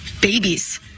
babies